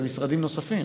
זה גם משרדים נוספים,